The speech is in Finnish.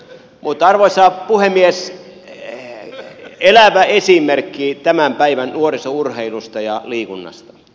mutta arvoisa puhemies elävä esimerkki tämän päivän nuorisourheilusta ja liikunnasta